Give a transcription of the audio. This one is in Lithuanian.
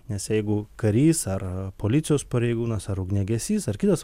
nes jeigu karys ar policijos pareigūnas ar ugniagesys ar kitas